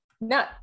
No